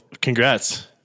congrats